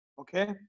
okay